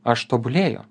aš tobulėju